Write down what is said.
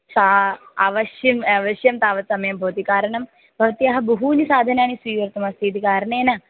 सा अवश्यम् अवश्यं तावत् समयं भवति कारणं भवत्याः बहूनि साधनानि स्वीकृतमस्ति इति कारणेन